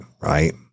Right